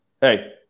hey